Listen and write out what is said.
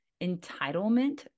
entitlement